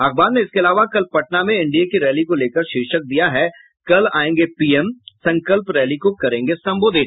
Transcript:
अखबार ने इसके अलावा कल पटना में एनडीए की रैली को लेकर शीर्षक दिया है कल आयेंगे पीएम संकल्प रैली को करेंगे संबोधित